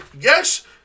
yes